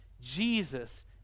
Jesus